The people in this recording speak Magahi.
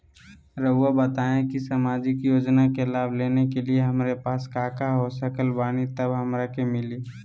रहुआ बताएं कि सामाजिक योजना के लाभ लेने के लिए हमारे पास काका हो सकल बानी तब हमरा के मिली?